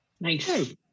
Nice